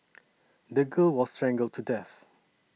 the girl was strangled to death